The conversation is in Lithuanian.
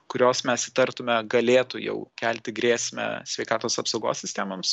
kurios mes įtartume galėtų jau kelti grėsmę sveikatos apsaugos sistemoms